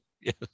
Yes